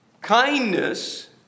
Kindness